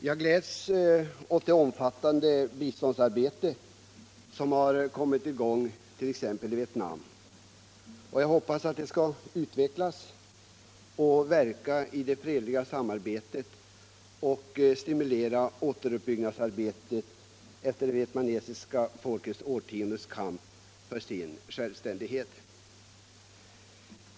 Herr talman! Jag gläds åt det omfattande biståndsarbete som har kommit i gång t.ex. i Vietnam, och jag hoppas att det skall utvecklas och verka i det fredliga samarbetet och stimulera återuppbyggnadsarbetet efter det vietnamesiska folkets långa kamp för sin självständighet.